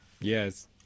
Yes